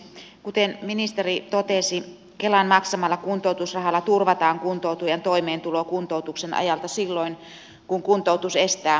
kuten ministeri totesi kelan maksamalla kuntoutusrahalla turvataan kuntoutujan toimeentulo kuntoutuksen ajalta silloin kun kuntoutus estää työskentelyn